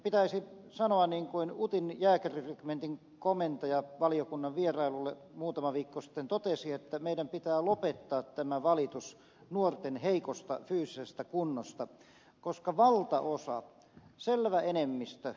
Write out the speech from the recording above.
pitäisi sanoa niin kuin utin jääkärirykmentin komentaja valiokunnan vierailulla muutama viikko sitten totesi että meidän pitää lopettaa tämä valitus nuorten heikosta fyysisestä kunnosta koska valtaosa selvä enemmistö nuorista selviytyy ja hyvin